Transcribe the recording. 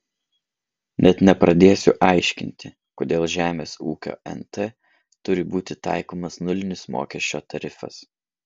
net nepradėsiu aiškinti kodėl žemės ūkio nt turi būti taikomas nulinis mokesčio tarifas